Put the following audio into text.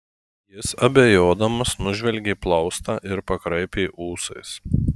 jis abejodamas nužvelgė plaustą ir pakraipė ūsais